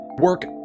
work